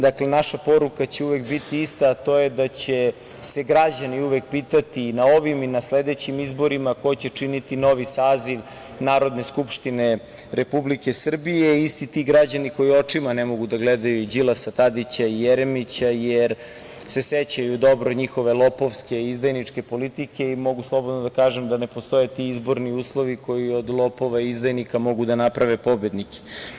Dakle, naša poruka će uvek biti ista, a to je da će se građani uvek pitati i na ovim i na sledećim izborima ko će činiti novi saziv Narodne skupštine Republike Srbije i isti ti građani koji očima ne mogu da gledaju Đilasa, Tadića i Jeremića, jer se sećaju dobro njihove lopovske i izdajničke politike i mogu slobodno da kažem da ne postoje ti izborni uslovi koji od lopova izdajnika mogu da naprave pobednike.